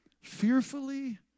Fearfully